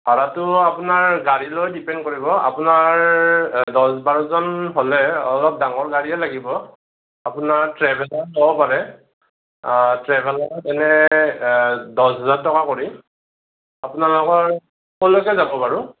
ভাড়াটো আপোনাৰ গাড়ী লৈ ডিপেণ্ড কৰিব আপোনাৰ দহ বাৰজন হ'লে অলপ ডাঙৰ গাড়ীয়ে লাগিব আপোনাৰ ট্ৰেভেলাৰ ল'ব পাৰে ট্ৰেভেলাৰ ল'লে দহ হাজাৰ টকা কৰি আপোনালোকৰ ক'লৈকে যাব বাৰু